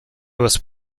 was